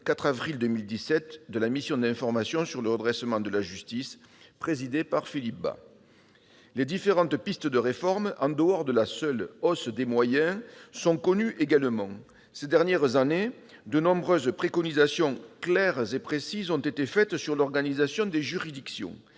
4 avril 2017, de la mission d'information sur le redressement de la justice présidée par Philippe Bas. Les différentes pistes de réforme, en dehors de la seule hausse des moyens, sont connues également. Ces dernières années, de nombreuses préconisations claires et précises sur l'organisation des juridictions,